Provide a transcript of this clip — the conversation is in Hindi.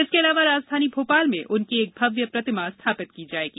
इसके अलावा राजधानी भोपाल में एक भव्य और दिव्य प्रतिमा स्थापित की जाएगी